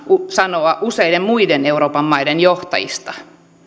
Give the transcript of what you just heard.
sanoa useiden muiden euroopan maiden johtajista